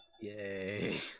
Yay